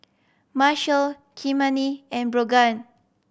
Marshal Kymani and Brogan